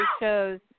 shows